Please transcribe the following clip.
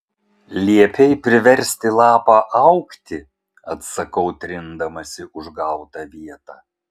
liepei priversti lapą augti atsakau trindamasi užgautą vietą